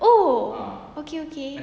oh okay okay